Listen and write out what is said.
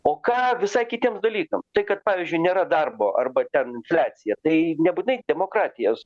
o ką visai kitiem dalykam tai kad pavyzdžiui nėra darbo arba ten infliacija tai nebūtinai demokratijos